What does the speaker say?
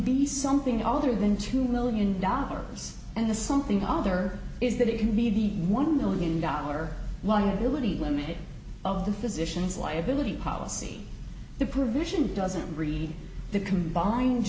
be something other than two million dollars and the something other is that it could be the one million dollar liability limit of the physicians liability policy the provision doesn't read the combined